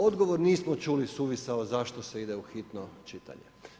Odgovor nismo čuli suvisao zašto se ide u hitno čitanje.